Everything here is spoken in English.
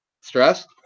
stress